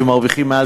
שמרוויחים מעל